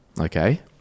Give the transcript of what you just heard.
okay